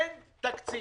אין תקציב.